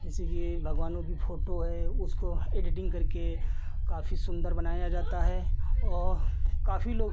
जैसे कि भगवानों की फ़ोटो है उसको एडिटिन्ग करके काफ़ी सुन्दर बनाया जाता है वह काफ़ी लोग